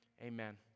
Amen